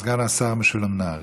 סגן השר משולם נהרי.